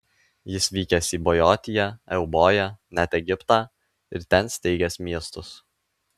jis vykęs į bojotiją euboją net egiptą ir ten steigęs miestus